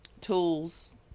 Tools